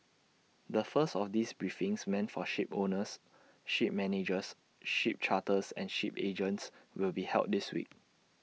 the first of these briefings meant for shipowners ship managers ship charterers and ship agents will be held this week